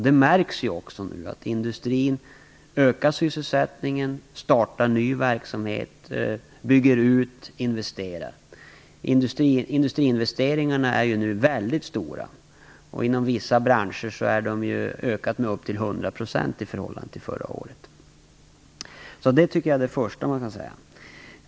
Det märks också att industrisysselsättningen ökar, nya verksamheter startas, verksamheter byggs ut, det investeras. Industriinvesteringarna är nu väldigt stora. Inom vissa branscher har de ökat med upp till 100 % i förhållande till förra året. Det är det första jag ville säga.